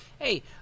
hey